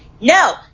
no